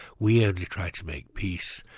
we only try to make peace,